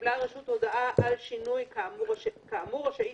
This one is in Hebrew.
קיבלה הרשות הודעה על שינוי כאמור רשאית